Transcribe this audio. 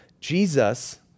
Jesus